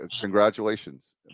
Congratulations